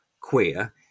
queer